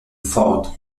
fort